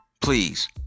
please